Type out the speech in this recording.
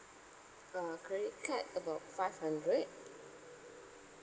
uh credit card about five hundred